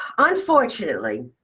um unfortunately,